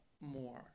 more